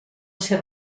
ser